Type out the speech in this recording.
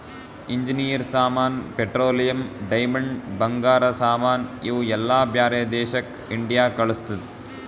engineer ಸಾಮಾನ್, petroleum, diamond, ಬಂಗಾರ ಸಾಮಾನ್ ಇವು ಎಲ್ಲಾ ಬ್ಯಾರೆ ದೇಶಕ್ ಇಂಡಿಯಾ ಕಳುಸ್ತುದ್